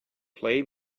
play